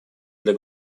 для